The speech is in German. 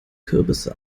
kürbisse